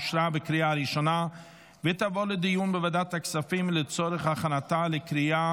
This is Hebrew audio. לוועדה שתקבע ועדת הכנסת נתקבלה.